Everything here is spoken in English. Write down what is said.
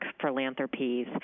Philanthropies